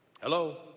Hello